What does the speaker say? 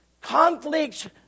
conflicts